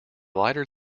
lighter